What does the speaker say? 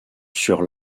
sur